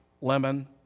lemon